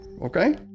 okay